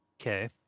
Okay